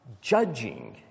judging